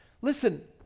Listen